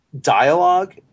dialogue